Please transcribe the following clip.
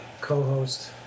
co-host